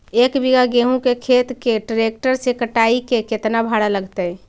एक बिघा गेहूं के खेत के ट्रैक्टर से कटाई के केतना भाड़ा लगतै?